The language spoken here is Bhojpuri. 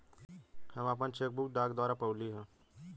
हम आपन चेक बुक डाक द्वारा पउली है